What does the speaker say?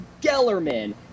Gellerman